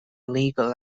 legal